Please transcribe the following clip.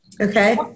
Okay